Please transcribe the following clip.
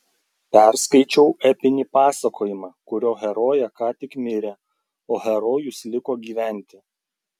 perskaičiau epinį pasakojimą kurio herojė ką tik mirė o herojus liko gyventi